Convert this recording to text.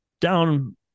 Down